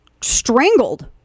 strangled